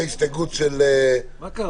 ההסתייגות לא התקבלה.